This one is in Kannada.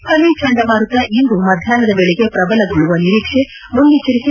ಫನಿ ಚಂಡಮಾರುತ ಇಂದು ಮಧ್ಯಾಹ್ವದ ವೇಳೆಗೆ ಪ್ರಬಲಗೊಳ್ಳುವ ನಿರೀಕ್ಷೆ ಮುನ್ನೆಚ್ಚರಿಕೆ